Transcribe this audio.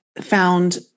found